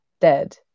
dead